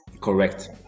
Correct